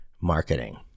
marketing